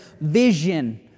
vision